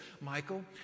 Michael